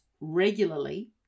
regularly